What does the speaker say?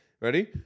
Ready